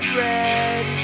red